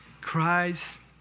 Christ